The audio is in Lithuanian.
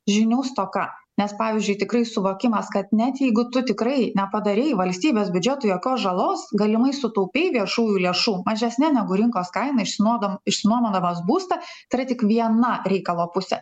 žinių stoka nes pavyzdžiui tikrai suvokimas kad net jeigu tu tikrai nepadarei valstybės biudžetui jokios žalos galimai sutaupei viešųjų lėšų mažesne negu rinkos kaina išsinuodam išsinuomodamas būstą tai yra tik viena reikalo pusė